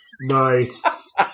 Nice